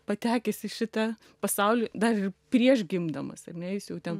patekęs į šitą pasaulį dar prieš gimdamas at ne jis jau ten